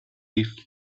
gave